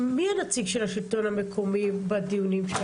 מי הנציג של השלטון המקומי בדיונים?